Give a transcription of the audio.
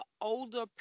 older